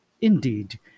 Indeed